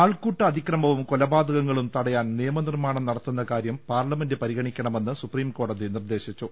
ആൾക്കൂട്ട അതിക്രമവും കൊലപാതകങ്ങളും തടയാൻ നിയ മനിർമ്മാണം നടത്തുന്ന കാര്യം പാർലമെന്റ് പരിഗണിക്കണമെന്ന് സുപ്രീംകോടതി നിർദേശിച്ചു